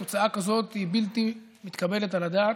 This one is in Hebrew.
תוצאה כזאת היא בלתי מתקבלת על הדעת.